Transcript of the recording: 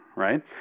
Right